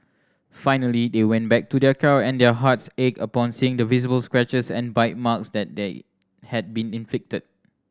finally they went back to their car and their hearts ached upon seeing the visible scratches and bite marks that day had been inflicted